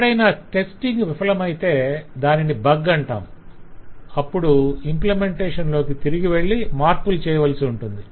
ఎక్కడైనా టెస్టింగ్ విఫలమైతే దానిని బగ్ అంటాం అప్పుడు ఇంప్లిమెంటేషన్ లోకి తిరిగి వెళ్ళి మార్పులు చేయవలసి ఉంటుంది